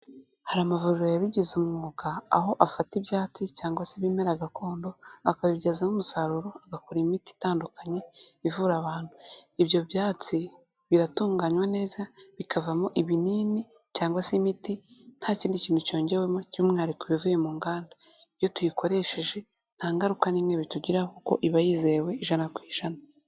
Hari amavuriro yabigize umwuga, aho afata ibyatsi cyangwa se ibimera gakondo akabibyazamo umusaruro agakora imiti itandukanye ivura abantu. Ibyo byatsi biratunganywa neza bikavamo ibinini cyangwa se imiti nta kindi kintu cyongewemo, cy'umwihariko ibivuye mu nganda. Iyo tuyikoresheje nta ngaruka n'imwe bitugiraho kuko iba yizewe ijana ku ijana.